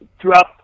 throughout